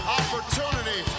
opportunity